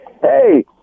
Hey